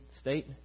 state